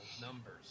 numbers